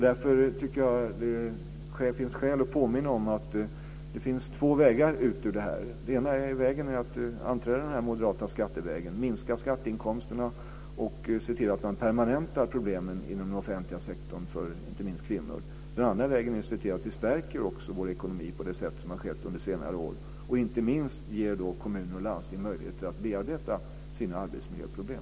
Därför tycker jag att det finns skäl att påminna om att det finns två vägar ut ur detta. Den ena vägen är den moderata skattevägen: minska skatteinkomsterna och se till att man permanentar problemen inom den offentliga sektorn för inte minst kvinnor. Den andra vägen är att se till att vi stärker vår ekonomi på det sätt som har skett under senare år och inte minst ger kommuner och landsting möjligheter att bearbeta sina arbetsmiljöproblem.